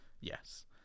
Yes